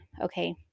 okay